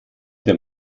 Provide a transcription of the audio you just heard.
dem